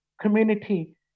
community